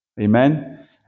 Amen